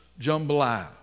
jambalaya